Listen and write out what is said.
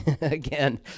again